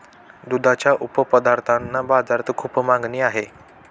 दुधाच्या उपपदार्थांना बाजारात खूप मागणी आहे